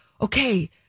okay